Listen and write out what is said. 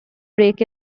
break